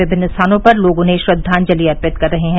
विभिन्न स्थानों पर लोग उन्हें श्रद्वाजंलि अर्पित कर रहे हैं